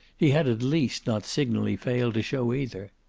he had at least not signally failed to show either.